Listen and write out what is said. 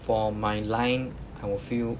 for my line I will feel